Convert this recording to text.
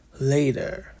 later